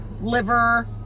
liver